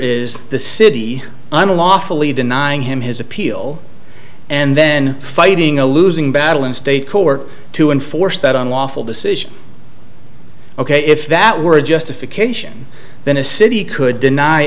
is the city unlawfully denying him his appeal and then fighting a losing battle in state court to enforce that unlawful decision ok if that were a justification then a city could deny